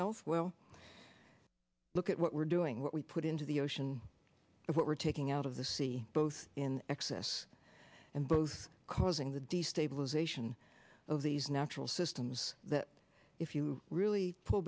health well look at what we're doing what we put into the ocean of what we're taking out of the sea both in excess and both causing the destabilization of these natural systems that if you really pull